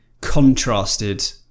contrasted